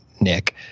Nick